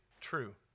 true